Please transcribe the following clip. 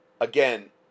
again